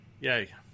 Yay